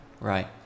right